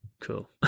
Cool